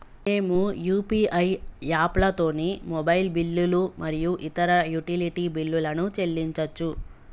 మేము యూ.పీ.ఐ యాప్లతోని మొబైల్ బిల్లులు మరియు ఇతర యుటిలిటీ బిల్లులను చెల్లించచ్చు